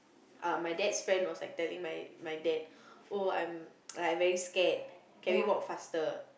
uh my dad's friend was like telling my my dad oh I'm I'm very scared can we walk faster